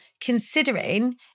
considering